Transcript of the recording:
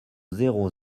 zéro